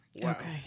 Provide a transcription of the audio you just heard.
Okay